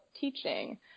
teaching